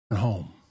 home